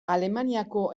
alemaniako